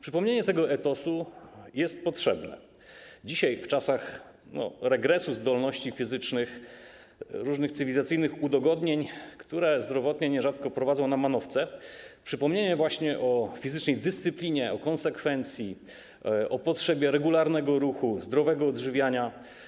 Przypomnienie tego etosu jest potrzebne, szczególnie dzisiaj w czasach regresu zdolności fizycznych, różnych cywilizacyjnych udogodnień, które zdrowotnie nierzadko prowadzą na manowce, kiedy należy przypominać właśnie o fizycznej dyscyplinie, o konsekwencji, o potrzebie regularnego ruchu, zdrowego odżywiana.